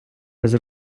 без